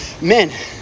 Men